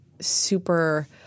super